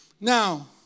Now